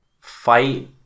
fight